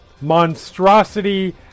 monstrosity